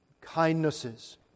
kindnesses